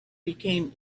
became